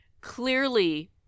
clearly